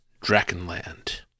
Drakenland